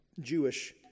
Jewish